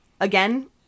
again